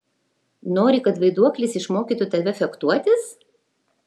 nori kad vaiduoklis išmokytų tave fechtuotis